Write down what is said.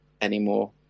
anymore